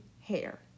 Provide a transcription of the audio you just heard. hair